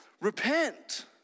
repent